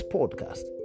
podcast